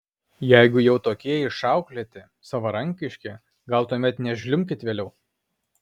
jeigu jau tokie išauklėti savarankiški gal tuomet nežliumbkit vėliau